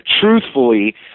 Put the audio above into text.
truthfully